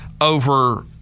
over